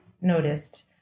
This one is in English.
noticed